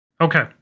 Okay